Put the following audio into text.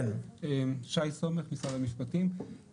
אני ממשרד המשפטים.